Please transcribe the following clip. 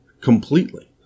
completely